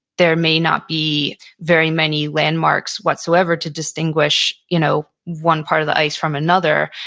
there may not be very many landmarks whatsoever to distinguish you know one part of the ice from another.